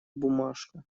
бумажка